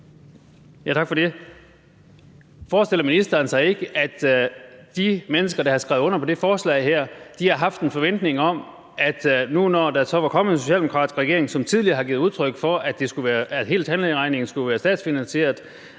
Tak for det. Forestiller ministeren sig ikke, at de mennesker, der har skrevet under på det her forslag, har haft en forventning om, at når der så nu var kommet en socialdemokratisk regering, som tidligere har givet udtryk for, at hele tandlægeregningen skulle være statsfinansieret,